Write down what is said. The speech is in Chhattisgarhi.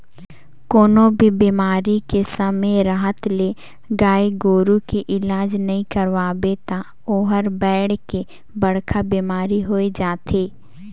कोनों भी बेमारी के समे रहत ले गाय गोरु के इलाज नइ करवाबे त ओहर बायढ़ के बड़खा बेमारी होय जाथे